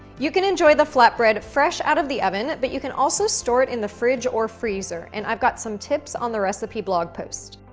you can enjoy the flatbread fresh out of the oven but you can also store it in the fridge or freezer and i've got some tips on the recipe blog post.